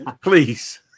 Please